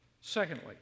Secondly